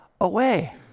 away